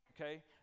Okay